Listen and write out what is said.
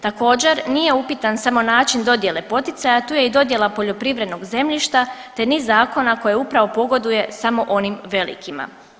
Također nije upitan samo način dodjele poticaja, tu je i dodjela poljoprivrednog zemljišta, te niz zakona koje upravo pogoduje samo onim velikima.